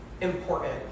important